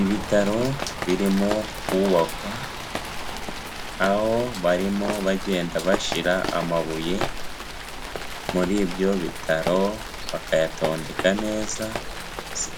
Ibitaro birimo kubakwa, aho barimo bagenda bashyira amabuye muri ibyo bitaro bakayatondeka neza,